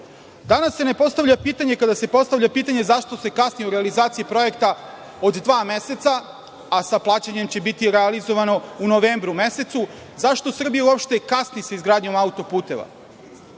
bitan. Danas se ne postavlja pitanje, kada se postavlja pitanje zašto se kasni u realizaciji projekta od dva meseca, a plaćanje će biti realizovano u novembru mesecu, zašto Srbija kasni sa izgradnjom autoputeva?